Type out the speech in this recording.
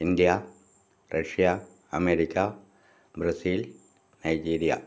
India Russia America Brazil Nigeria